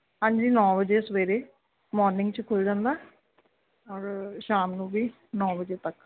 ਹਾਂਜੀ ਨੌ ਵਜੇ ਸਵੇਰੇ ਮੋਰਨਿੰਗ 'ਚ ਖੁੱਲ੍ਹ ਜਾਂਦਾ ਔਰ ਸ਼ਾਮ ਨੂੰ ਵੀ ਨੌ ਵਜੇ ਤੱਕ